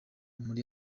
muri